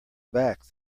back